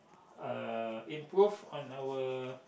uh improve on our